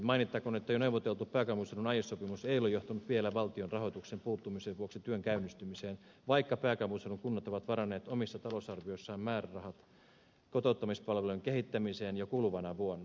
mainittakoon että jo neuvoteltu pääkaupunkiseudun aiesopimus ei ole johtanut vielä valtion rahoituksen puuttumisen vuoksi työn käynnistymiseen vaikka pääkaupunkiseudun kunnat ovat varanneet omissa talousarvioissaan määrärahat kotouttamispalveluiden kehittämiseen jo kuluvana vuonna